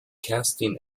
kerstin